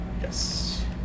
yes